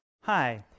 Hi